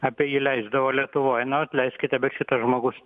apie jį leisdavo lietuvoj nu atleiskite bet šitas žmogus